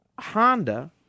Honda